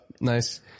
Nice